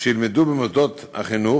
שילמדו במוסדות החינוך,